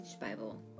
Bible